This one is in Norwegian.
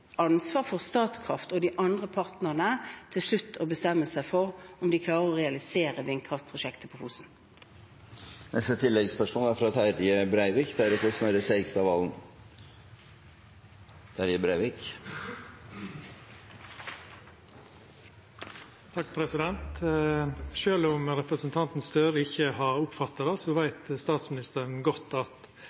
ansvar for Statkraft og de andre partnerne til slutt å bestemme seg for om de klarer å realisere vindkraftprosjektet på Fosen. Terje Breivik til oppfølgingsspørsmål. Sjølv om representanten Gahr Støre ikkje har oppfatta det, så veit statsministeren godt at